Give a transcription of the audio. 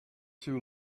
two